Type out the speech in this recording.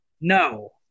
no